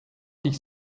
sich